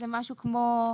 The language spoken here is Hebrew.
שזה משהו כמו